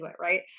right